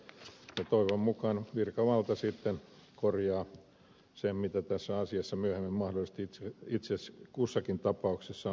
toivon mukaan virkavalta sitten korjaa sen mitä tässä asiassa myöhemmin mahdollisesti itse asiassa kussakin tapauksessa on syytä tehdä